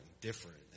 different